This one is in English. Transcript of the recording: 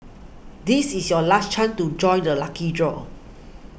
this is your last chance to join the lucky draw